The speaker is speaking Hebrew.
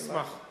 נשמח.